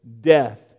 death